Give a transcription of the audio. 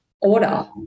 order